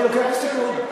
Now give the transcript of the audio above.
אני לוקח את הסיכון,